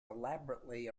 elaborately